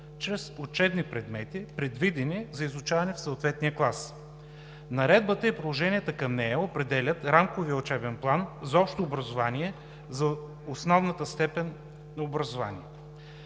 чрез учебни предмети, предвидени за изучаване в съответния клас. Наредбата и приложенията към нея определят рамковия учебен план за общо образование за основната степен на образование.